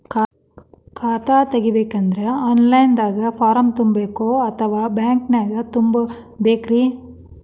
ಖಾತಾ ತೆಗಿಬೇಕಂದ್ರ online ದಾಗ ಫಾರಂ ತುಂಬೇಕೊ ಅಥವಾ ಬ್ಯಾಂಕನ್ಯಾಗ ತುಂಬ ಬೇಕ್ರಿ?